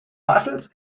bartels